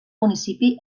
municipi